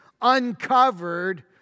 uncovered